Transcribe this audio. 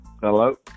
Hello